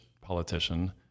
politician